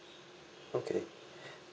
okay